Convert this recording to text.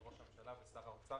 ראש הממשלה ושר האוצר,